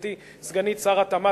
גברתי סגנית שר התמ"ת,